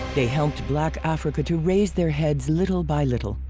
they helped black africa to raise their heads little by little.